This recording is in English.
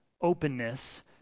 openness